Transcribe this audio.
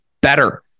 better